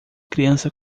criança